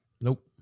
Nope